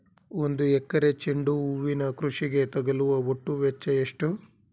ಒಂದು ಎಕರೆ ಚೆಂಡು ಹೂವಿನ ಕೃಷಿಗೆ ತಗಲುವ ಒಟ್ಟು ವೆಚ್ಚ ಎಷ್ಟು?